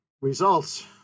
results